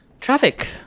traffic